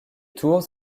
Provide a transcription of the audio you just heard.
tours